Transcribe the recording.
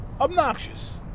obnoxious